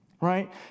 Right